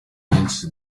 nyinshi